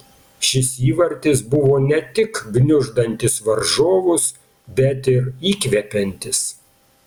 šis įvartis buvo ne tik gniuždantis varžovus bet ir įkvepiantis